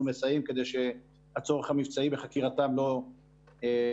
אנחנו מסייעים כדי שהצורך המבצעי בחקירתם לא יפגע,